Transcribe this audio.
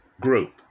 group